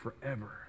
forever